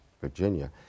Virginia